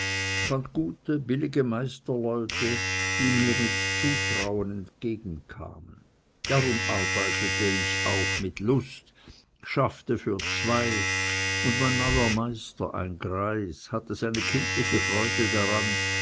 fand gute billige meisterleute die mir mit zutrauen entgegen kamen darum arbeitete ich auch mit lust schaffte für zwei und mein neuer meister ein greis hatte seine kindliche freude daran